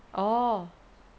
orh